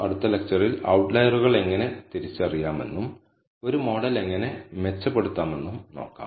അടുത്ത ലെക്ച്ചറിൽ ഔട്ട്ലൈയറുകൾ എങ്ങനെ തിരിച്ചറിയാമെന്നും ഒരു മോഡൽ എങ്ങനെ മെച്ചപ്പെടുത്താമെന്നും നോക്കാം